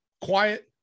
quiet